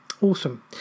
awesome